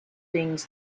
things